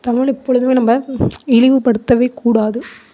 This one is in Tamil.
தமிழ் எப்பொழுதுமே நம்ம இழிவுப்படுத்தவே கூடாது